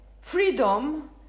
freedom